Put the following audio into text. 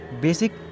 basic